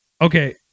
Okay